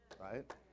Right